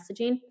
messaging